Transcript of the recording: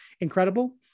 incredible